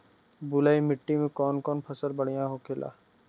बलुई मिट्टी में कौन कौन फसल बढ़ियां होखेला?